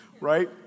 Right